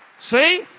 See